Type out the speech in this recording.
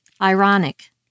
ironic